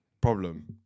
problem